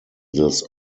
this